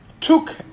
took